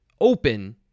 open